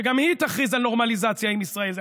שגם היא תכריז על נורמליזציה עם ישראל.